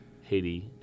Haiti